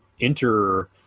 enter